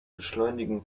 beschleunigen